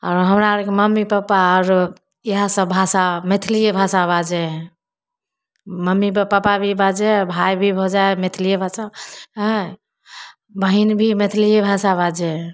आरो हमरा अरके मम्मी पप्पा आरो इएह सब भाषा मैथिलिये भाषा बाजय हय मम्मी पप्पा बाबी बाजय भाय भी बाजय मैथिलिये भाषा बहिन भी मैथिलिये भाषा बाजय हइ